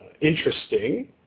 interesting